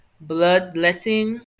bloodletting